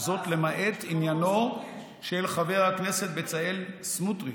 וזאת למעט עניינו של חבר הכנסת בצלאל סמוטריץ'.